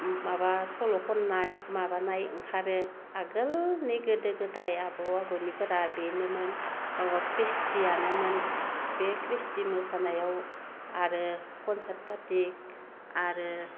माबा सल' खननाय माबानाय ओंखारो आगोलनि गोदो गोदाय आबौ आबैनिफोरा बेनोमोन माबा ख्रिस्थिआनोमोन बे ख्रिस्थि मोसानायाव आरो कनसार्ट पार्टि आरो